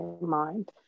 mind